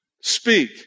Speak